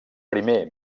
primer